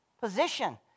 position